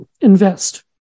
invest